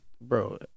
bro